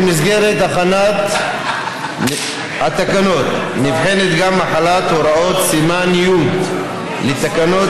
במסגרת הכנת התקנות נבחנת גם החלת הוראות סימן י' לתקנות